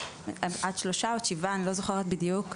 עד שלושה, או שבעה, אני לא זוכרת בדיוק,